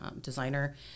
designer